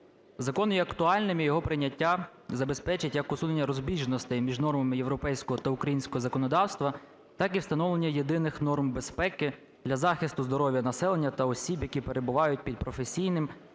Закон є актуальним і його прийняття забезпечить як усунення розбіжностей між нормами європейського та українського законодавства, так і встановлення єдиних норм безпеки для захисту здоров'я населення та осіб, які перебувають під професійним,